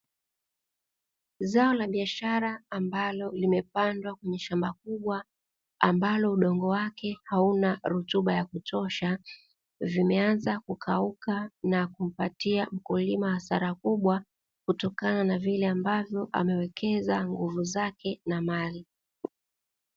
Zao la biashara ambalo limepandwa kwenye shamba kubwa ambalo udogo wake hauna rutuba ya kutosha, vimeanza kukauka na kumpatia mkulima hasara kubwa kutokana na vile ambavyo amewekeza nguvu zake na mali.